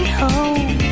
home